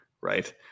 right